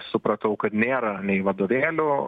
supratau kad nėra nei vadovėlių